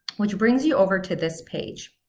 which brings you over to this page.